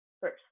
first